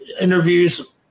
interviews